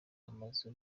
amazu